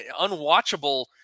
unwatchable